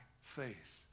faith